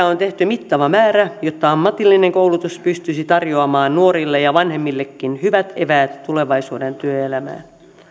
on tehty mittava määrä jotta ammatillinen koulutus pystyisi tarjoamaan nuorille ja vanhemmillekin hyvät eväät tulevaisuuden työelämään